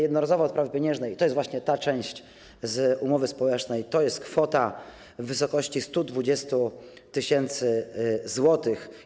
Jednorazowa odprawa pieniężna - i to jest właśnie ta część z umowy społecznej - to jest kwota w wysokości 120 tys. zł.